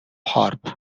هارپ